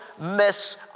miss